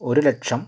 ഒരു ലക്ഷം